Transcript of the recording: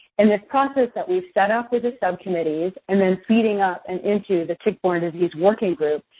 and this process that we've set up with the subcommittees, and then feeding up and into the tick-borne disease working group,